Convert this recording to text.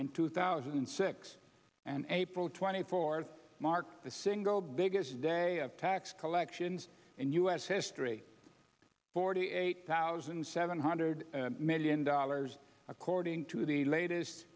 in two thousand and six and april twenty fourth marked the single biggest day of tax collections in u s history forty eight thousand seven hundred million dollars according to the latest